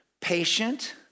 Patient